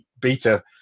beta